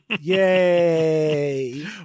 Yay